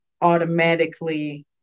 automatically